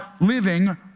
living